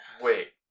Wait